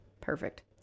Perfect